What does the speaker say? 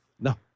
No